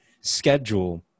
schedule